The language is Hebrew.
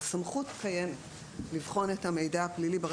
הסמכות לבחון את המידע הפלילי קיימת